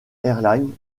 airlines